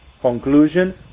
conclusion